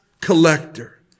collector